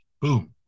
Boom